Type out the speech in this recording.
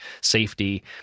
safety